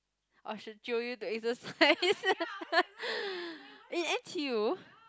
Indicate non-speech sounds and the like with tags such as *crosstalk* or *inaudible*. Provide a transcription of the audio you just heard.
or should jio you to exercise *laughs* in N_T_U